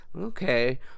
okay